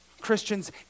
Christians